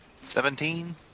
Seventeen